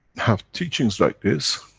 have teachings like this,